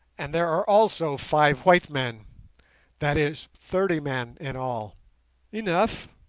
and there are also five white men that is, thirty men in all enough,